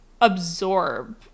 absorb